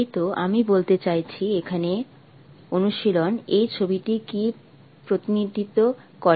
এই তো আমি বলতে চাইছি এখানে অনুশীলন এই ছবিটি কী প্রতিনিধিত্ব করে